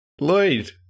Lloyd